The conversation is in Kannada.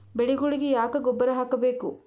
ಬೆಳಿಗೊಳಿಗಿ ಯಾಕ ಗೊಬ್ಬರ ಹಾಕಬೇಕು?